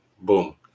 Boom